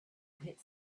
hit